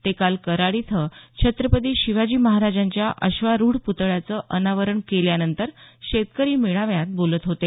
ते काल कराड इथं छत्रपती शिवाजी महाराजांच्या अश्वारुढ प्तळ्याचं अनावरण केल्यानंतर शेतकरी मेळाव्यात बोलत होते